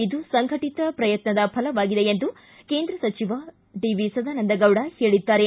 ಇದು ಸಂಘಟಿತ ಪ್ರಯತ್ನದ ಫಲವಾಗಿದೆ ಎಂದು ಕೇಂದ್ರ ಸಚಿವ ಸದಾನಂದಗೌಡ ಹೇಳಿದ್ದಾರೆ